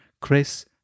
Chris